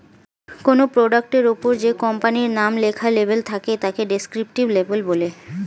কোনো প্রোডাক্টের ওপরে যে কোম্পানির নাম লেখা লেবেল থাকে তাকে ডেসক্রিপটিভ লেবেল বলে